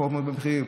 רפורמות במחירים,